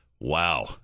Wow